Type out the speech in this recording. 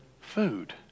food